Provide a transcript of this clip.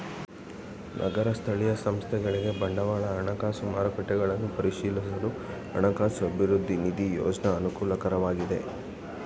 ನಗರ ಸ್ಥಳೀಯ ಸಂಸ್ಥೆಗಳಿಗೆ ಬಂಡವಾಳ ಹಣಕಾಸು ಮಾರುಕಟ್ಟೆಗಳನ್ನು ಪ್ರವೇಶಿಸಲು ಹಣಕಾಸು ಅಭಿವೃದ್ಧಿ ನಿಧಿ ಯೋಜ್ನ ಅನುಕೂಲಕರವಾಗಿದೆ